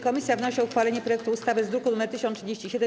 Komisja wnosi o uchwalenie projektu ustawy z druku nr 1037.